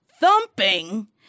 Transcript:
thumping